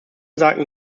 sagten